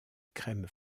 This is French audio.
crème